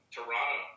Toronto